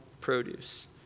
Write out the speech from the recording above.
produce